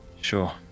Sure